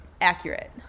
Accurate